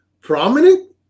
prominent